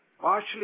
partially